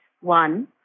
One